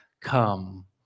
come